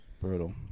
Brutal